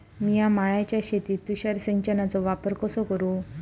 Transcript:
मिया माळ्याच्या शेतीत तुषार सिंचनचो वापर कसो करू?